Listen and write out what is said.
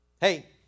Hey